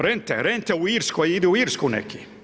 Rente, rente u Irskoj idu u Irsku neki.